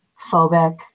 phobic